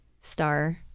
star